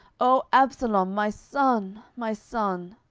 o absalom, my son, my son!